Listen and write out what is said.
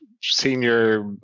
senior